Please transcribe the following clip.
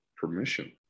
permission